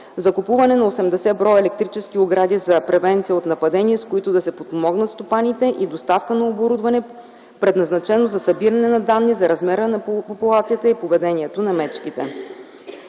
закупуване на 80 бр. електрически огради за превенция от нападение, с които да се подпомогнат стопаните и доставка на оборудване, предназначено за събиране на данни за размера на популацията и поведението на мечките.